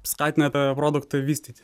skatina tą produktą vystyti